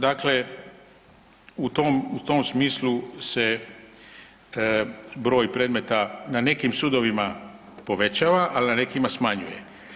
Dakle u tom smislu se broj predmeta na nekim sudovima povećava, a na nekima smanjuje.